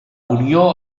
unió